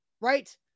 right